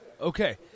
Okay